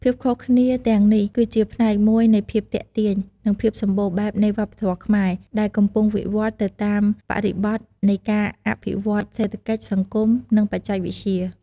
ភាពខុសគ្នាទាំងនេះ គឺជាផ្នែកមួយនៃភាពទាក់ទាញ និងភាពសម្បូរបែបនៃវប្បធម៌ខ្មែរ ដែលកំពុងវិវត្តន៍ទៅតាមបរិបទនៃការអភិវឌ្ឍន៍សេដ្ឋកិច្ច សង្គម និងបច្ចេកវិទ្យា។